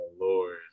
Lord